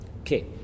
Okay